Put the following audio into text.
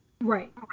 Right